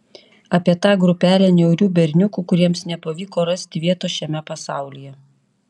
apie tą grupelę niaurių berniukų kuriems nepavyko rasti vietos šiame pasaulyje